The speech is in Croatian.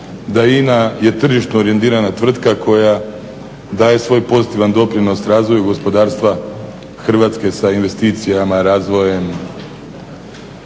da INA je tržišno orijentirana tvrtka koja daje svoj pozitivan doprinos razvoju gospodarstva Hrvatske sa investicijama, razvojem.